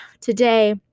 Today